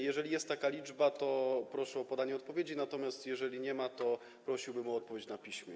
Jeżeli jest taka liczba, to proszę o podanie odpowiedzi, natomiast jeżeli nie ma, to prosiłbym o odpowiedź na piśmie.